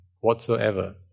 whatsoever